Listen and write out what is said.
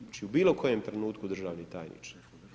Znači u bilokojem trenutku, državni tajniče.